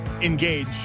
engage